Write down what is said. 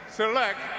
select